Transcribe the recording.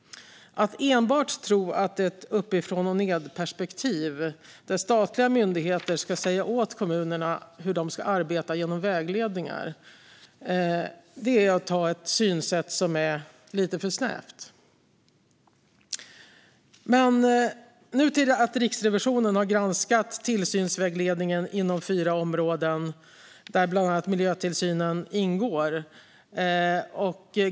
Att enbart tro på ett uppifrån-och-ned-perspektiv där statliga myndigheter genom vägledningar ska säga åt kommunerna hur de ska arbeta är att ha ett synsätt som är lite för snävt. Riksrevisionen har alltså granskat tillsynsvägledningen inom fyra områden, bland annat miljötillsynen.